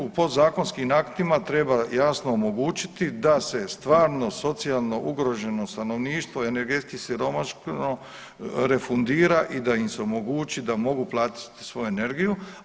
U podzakonskim aktima treba jasno omogućiti da se stvarno socijalno ugroženo stanovništvo i energetski siromašno refundira i da im se omogući da mogu platit svoju energiju.